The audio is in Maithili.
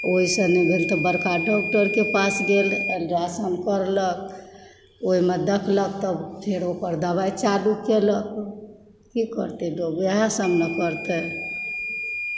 ओहिसँ नहि भेल तऽ बड़का डॉक्टरके पास गेल अल्ट्रासाउण्ड करलक ओहिमे देखलक तऽ फेर ओकर दबाइ चालू केलक की करतय लोग वएहसभ न करतय